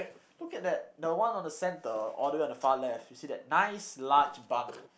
look at that the one on the centre all the way on the far left you see that nice large bump